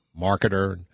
marketer